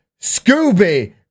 Scooby